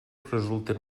resulten